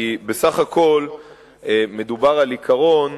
כי בסך הכול מדובר על עיקרון,